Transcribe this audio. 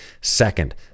Second